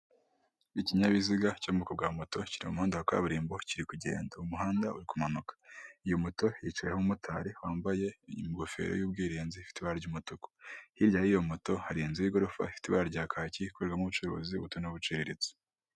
Ikinyabiziga cyo mu bwoko bwa moto kiri mu muhanda wa kaburimbo kiri kugenda umuhanda uri kumanuka iyo moto yicayeho umumotari wambaye ingofero y'ubwirinzi ifite ibara ry'umutuku, hirya y'iyo moto hari inzu y'igorofa ifite ibara rya kaki ikorerwamo ubucuruzi buto n'ubuciriritse.